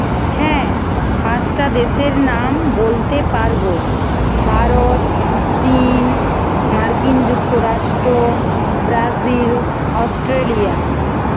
হ্যাঁ পাঁচটা দেশের নাম বলতে পারবো ভারত চীন মার্কিন যুক্তরাষ্ট্র ব্রাজিল অস্ট্রেলিয়া